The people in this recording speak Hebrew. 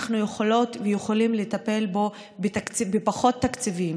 אנחנו יכולות ויכולים לטפל בו בפחות תקציבים,